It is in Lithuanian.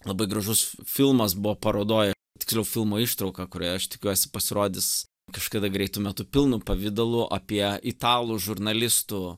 labai gražus filmas buvo parodoj tiksliau filmo ištrauka kuri aš tikiuosi pasirodys kažkada greitu metu pilnu pavidalu apie italų žurnalistų